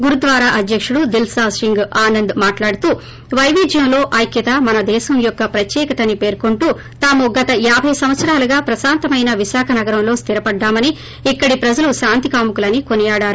గురుద్వారా అధ్యకుడు దీల్హ సింగ్ ఆనంద్ వైవిధ్యంలో ఐక్యత మన దేశం యొక్క ప్రత్యేకత అని పేర్కొంటూ తాము గత యాబై సంవత్సరాలుగా ప్రకాంతమైన విశాఖ నగరంలో స్దిరపడ్డామని ఇక్కడి ప్రజలు శాంతి కాముకులని కొనియాడారు